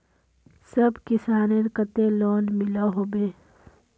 सब किसानेर केते लोन मिलोहो होबे?